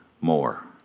More